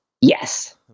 Yes